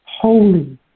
holy